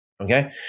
Okay